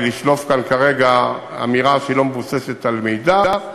לשלוף כאן כרגע אמירה שהיא לא מבוססת על מידע.